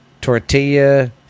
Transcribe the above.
Tortilla